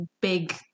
big